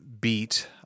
beat